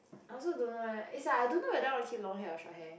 I also don't know eh is like I don't know whether I want keep long hair or short hair